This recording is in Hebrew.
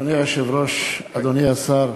אדוני היושב-ראש, אדוני השר,